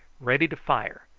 ready to fire,